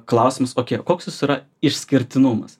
klausimus okei koks jūsų yra išskirtinumas